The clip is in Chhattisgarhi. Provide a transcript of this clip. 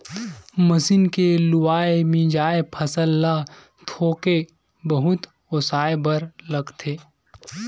मसीन के लुवाए, मिंजाए फसल ल थोके बहुत ओसाए बर लागथे